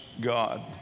God